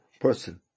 person